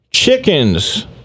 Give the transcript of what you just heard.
Chickens